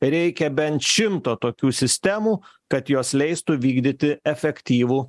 reikia bent šimto tokių sistemų kad jos leistų vykdyti efektyvų